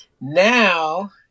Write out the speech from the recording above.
Now